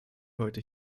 heute